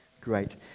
Great